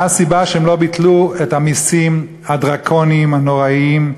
מה הסיבה שהם לא ביטלו את המסים הדרקוניים הנוראים,